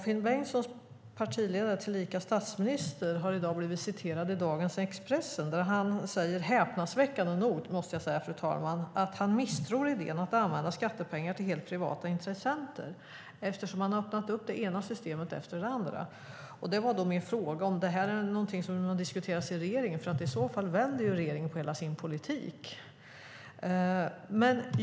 Finn Bengtssons partiledare, tillika statsminister, har blivit intervjuad i dagens Expressen. Han säger - häpnadsväckande nog, fru talman - att han "misstror idén att använda skattepengar till helt privata intressenter". Det har öppnat för det ena systemet efter det andra. Jag undrar om detta har diskuterats i regeringen. I så fall vänder regeringen på hela sin politik.